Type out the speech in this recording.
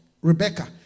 Rebecca